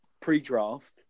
pre-draft